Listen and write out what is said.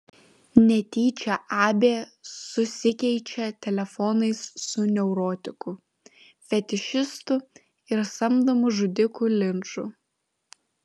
netyčia abė susikeičia telefonais su neurotiku fetišistu ir samdomu žudiku linču